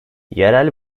yerel